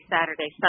Saturday